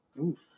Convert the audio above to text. Oof